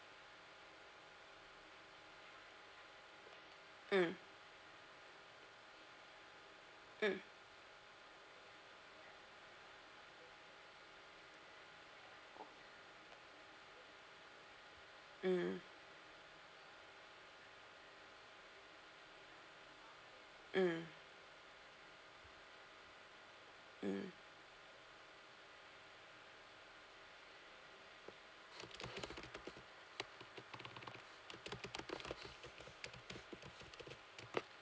mm mm mm mm mm